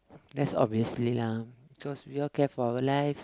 that's obviously lah cause we all care for our life